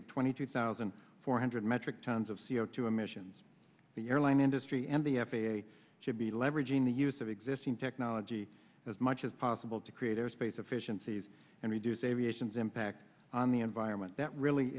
of twenty two thousand four hundred metric tons of c o two emissions the airline industry and the f a a should be leveraging the use of existing technology as much as possible to create a space efficiencies and reduce aviation's impact on the environment that really